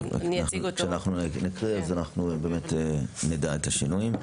כשאנחנו נקריא אז באמת נדע את השינויים.